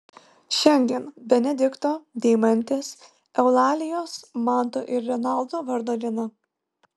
šiandien benedikto deimantės eulalijos manto ir renaldo vardo diena